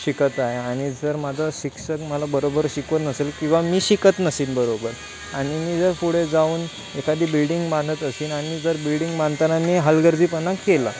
शिकत आहे आणि जर माझा शिक्षक मला बरोबर शिकवत नसेल किंवा मी शिकत नसेन बरोबर आणि मी जर पुढे जाऊन एखादी बिल्डिंग बांधत असेल आणि जर बिल्डिंग बांधताना मी हलगर्जीपणा केला